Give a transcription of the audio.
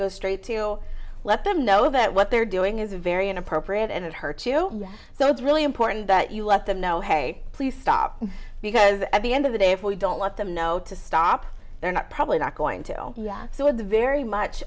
goes straight to let them know that what they're doing is very inappropriate and it hurts you so it's really important that you let them know hey please stop because at the end of the day if we don't let them know to stop they're not probably not going to so at the very much